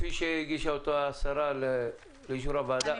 כפי שהגישה אותו השרה לאישור הוועדה אושר.